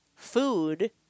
Food